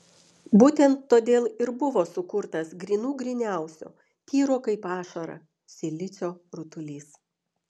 būtent todėl ir buvo sukurtas grynų gryniausio tyro kaip ašara silicio rutulys